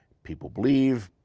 people believe,